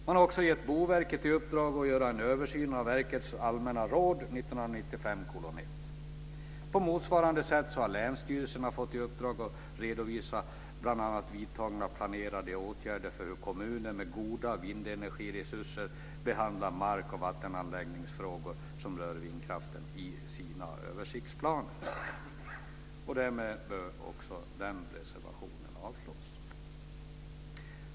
Man har också gett Boverket i uppdrag att göra en översyn av verkets allmänna råd 1995:1. På motsvarande sätt har länsstyrelserna fått i uppdrag att redovisa bl.a. vidtagna och planerade åtgärder för hur kommuner med goda vindenergiresurser behandlar markoch vattenanvändningsfrågor som rör vindkraften i sina översiktsplaner. Därmed bör också den reservationen avslås.